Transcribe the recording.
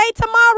tomorrow